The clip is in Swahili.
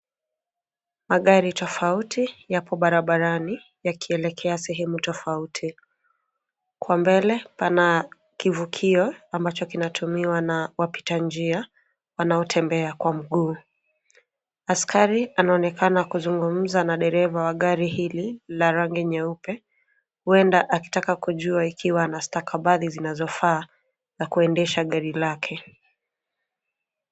Magari tofauti yapo barabarani yakielekea sehemu tofauti. Kwa mbele pana kivukio ambacho kinatumiwa na wapita njia wanaotembea kwa mguu. Askari anaonekana kuzungumza na dereva wa gari hili la rangi nyeupe, huenda akitaka kujua ikiwa ana stakabadhi zinazofaa za kuendesha gari lake.